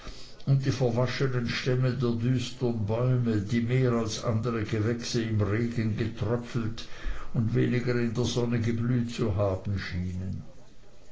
und die verwaschnen stämme der düstren bäume die mehr als andere gewächse im regen getröpfelt und weniger in der sonne geblüht zu haben schienen